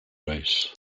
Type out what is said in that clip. race